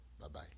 Bye-bye